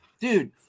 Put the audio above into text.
Dude